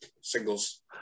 singles